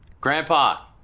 Grandpa